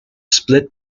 split